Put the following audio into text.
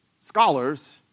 Scholars